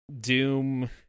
Doom